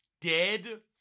dead